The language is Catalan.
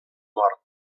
mort